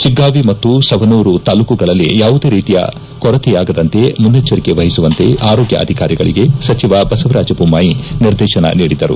ಶಿಗ್ಲಾವಿ ಮತ್ತು ಸವನೂರು ತಾಲ್ಲೂಕುಗಳಲ್ಲಿ ಯಾವುದೇ ರೀತಿಯ ಕೊರತೆಯಾಗದಂತೆ ಮುನ್ನೆಚ್ಚರಿಕೆ ವಹಿಸುವಂತೆ ಆರೋಗ್ಯ ಅಧಿಕಾರಿಗಳಿಗೆ ಸಚಿವ ಬಸವರಾಜ ಬೊಮ್ಮಾಯಿ ನಿರ್ದೇಶನ ನೀಡಿದರು